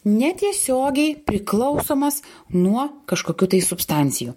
netiesiogiai priklausomas nuo kažkokių tai substancijų